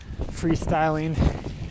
freestyling